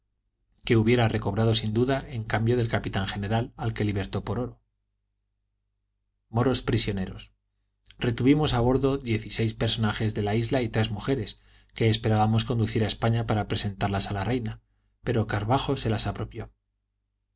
que hubiera recobrado sin duda en cambio del capitán general al que libertó por oro moros prisioneros retuvimos a bordo diez y seis personajes de la isla y tres mujeres que esperábamos conducir a españa para presentarlas a la reina pero carvajo se las apropió